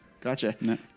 Gotcha